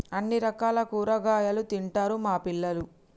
అన్ని రకాల కూరగాయలు తింటారు మా పిల్లలు